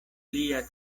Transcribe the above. lia